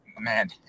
man